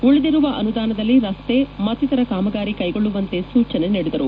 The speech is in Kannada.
ಉಳಿದಿರುವ ಅನುದಾನದಲ್ಲಿ ರಸ್ತೆ ಮತ್ತಿತರ ಕಾಮಗಾರಿ ಕೈಗೊಳ್ಳುವಂತೆ ಸೂಚನೆ ನೀಡಿದರು